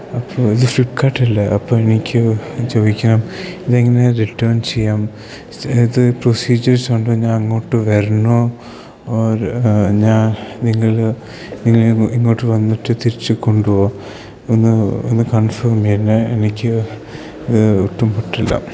അപ്പോൾ ഇത് ഫ്ലിപ്പ്കാർട്ടല്ലേ അപ്പം എനിക്ക് ചോദിക്കാം ഇത് എങ്ങനെ റിട്ടേൺ ചെയ്യാം തായത് പ്രൊസീജേഴ്സ് ഉണ്ടോ ഞാൻ അങ്ങോട്ട് വരണോ ഓർ ഞാൻ നിങ്ങൾ നിങ്ങൾ ഇങ്ങോട്ട് ഇങ്ങോട്ട് വന്നിട്ട് തിരിച്ച് കൊണ്ടോവോ ഒന്ന് ഒന്ന് കൺഫേമ് ചെയ്യണം എനിക്ക് ഇത് ഒട്ടും പറ്റില്ല